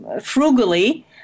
frugally